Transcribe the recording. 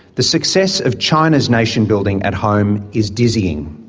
the success of china's nation-building at home is dizzying.